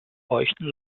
feuchten